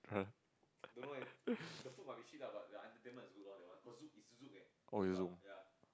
oh it's Zouk